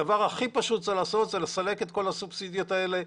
הדבר הכי פשוט שצריך לעשות זה לסלק את כל הסובסידיות האלה,